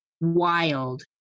wild